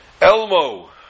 Elmo